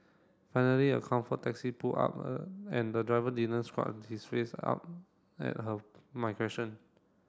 finally a Comfort taxi pulled up a and the driver didn't scrunch his face up at her my question